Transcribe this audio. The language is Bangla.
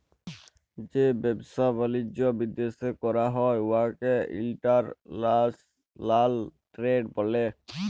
যে ব্যবসা বালিজ্য বিদ্যাশে ক্যরা হ্যয় উয়াকে ইলটারল্যাশলাল টেরেড ব্যলে